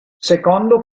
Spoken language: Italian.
secondo